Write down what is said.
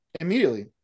immediately